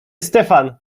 stefan